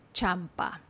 Champa